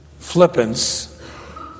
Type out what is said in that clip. flippance